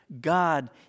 God